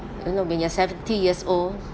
you know when you're seventy years old